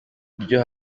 iryo